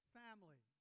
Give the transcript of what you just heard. family